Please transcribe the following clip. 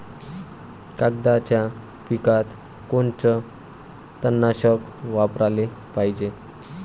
कांद्याच्या पिकात कोनचं तननाशक वापराले पायजे?